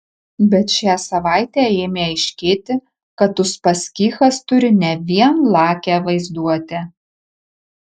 bet šią savaitę ėmė aiškėti kad uspaskichas turi ne vien lakią vaizduotę